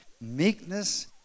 Meekness